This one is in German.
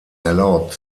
erlaubt